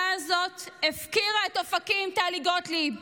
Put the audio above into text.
הפקירה את אופקים, טלי גוטליב.